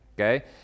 okay